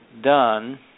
done